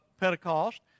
Pentecost